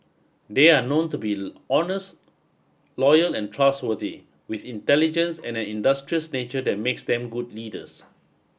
they are known to be honest loyal and trustworthy with intelligence and an industrious nature that makes them good leaders